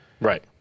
Right